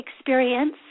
experience